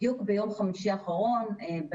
בדיוק ביום חמישי האחרון חתמנו,